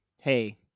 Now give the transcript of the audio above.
Hey